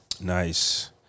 nice